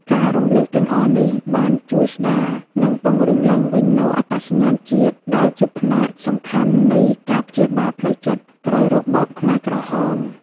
ការរំឭកទាំងអស់នេះបានជួយស្តារ និងពង្រឹងឡើងវិញនូវអត្តសញ្ញាណជាតិ ដែលជាផ្នែកសំខាន់នៃការព្យាបាលផ្លូវចិត្តក្រោយរបបខ្មែរក្រហម។